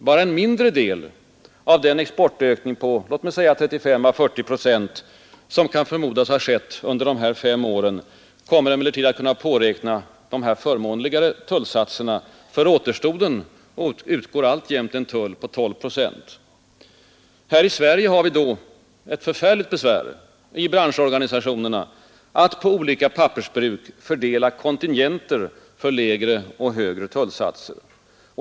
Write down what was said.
Bara en mindre del av den exportökning på låt mig säga 35—40 procent, som kan förmodas ha skett under dessa fem år, kommer emellertid att kunna påräkna de förmånligare tullsatserna för återstoden utgår alltjämt en tull på 12 procent. Här i Sverige har vi då ett förfärligt besvär i branschorganisationerna att på olika pappersbruk fördela kontingenter för lägre och högre tullsatser.